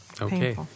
Okay